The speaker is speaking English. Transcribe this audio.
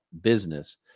business